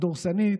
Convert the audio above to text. הדורסנית,